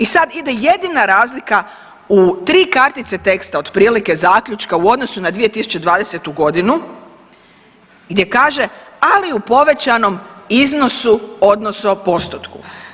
I sad ide jedina razlika u 3 kartice teksta otprilike zaključka u odnosu na 2020. godinu gdje kaže, ali u povećanom iznosu odnosno postotku.